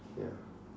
ya